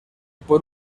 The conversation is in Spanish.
por